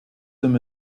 them